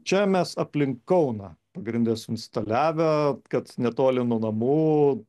čia mes aplink kauną pagrinde suinstaliavę kad netoli nuo namų